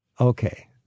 Okay